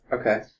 Okay